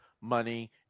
money